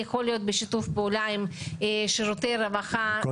יכול להיות בשיתוף פעולה עם שירותי רווחה ברשויות מקומיות.